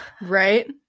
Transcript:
Right